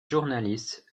journaliste